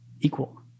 equal